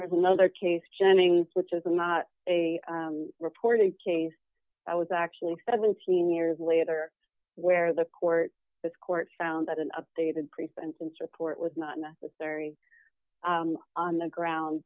another case jennings which is not a reported case i was actually seventeen years later where the court this court found that an updated pre sentence report was not necessary on the ground